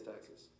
taxes